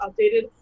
updated